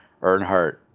Earnhardt